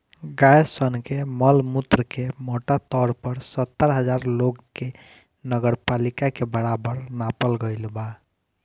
गाय सन के मल मूत्र के मोटा तौर पर सत्तर हजार लोग के नगरपालिका के बराबर नापल गईल बा